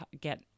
get